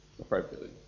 appropriately